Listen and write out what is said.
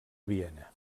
viena